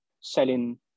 selling